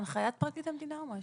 הנחיית פרקליט המדינה או משהו.